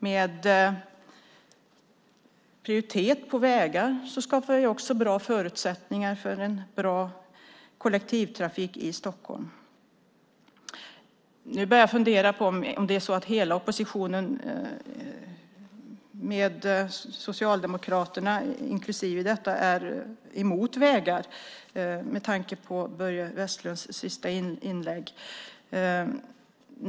Med prioritet på vägar skapar vi också bra förutsättningar för en bra kollektivtrafik i Stockholm. Jag börjar fundera på om hela oppositionen inklusive Socialdemokraterna är emot vägar med tanke på Börje Vestlunds sista inlägg.